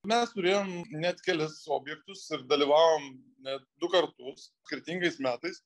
mes turėjom net kelis objektus ir dalyvavom net du kartus skirtingais metais